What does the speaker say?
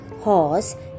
horse